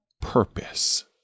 purpose